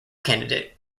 candidate